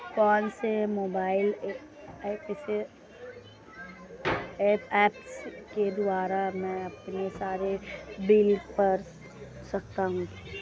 कौनसे mobile apps के द्वारा मैं अपने सारे बिल भर सकता हूं?